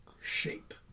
shape